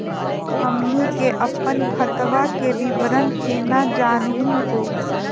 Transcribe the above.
हमनी के अपन खतवा के विवरण केना जानहु हो?